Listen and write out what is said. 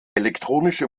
elektronische